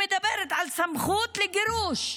שמדברת על סמכות לגירוש.